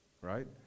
right